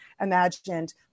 imagined